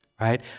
right